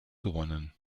gewonnen